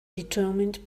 determined